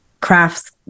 crafts